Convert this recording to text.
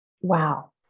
wow